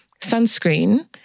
sunscreen